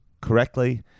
correctly